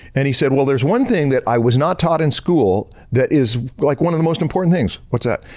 and he said, well, there's one thing that i was not taught in school that is like one of the most important things. what's that?